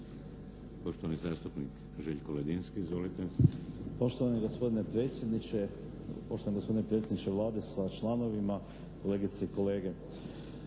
Poštovani zastupnik Željko Ledinski. Izvolite. **Ledinski, Željko (HSS)** Poštovani gospodine predsjedniče, poštovani gospodine predsjedniče Vlade sa članovima, kolegice i kolege.